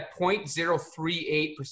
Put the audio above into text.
0.038%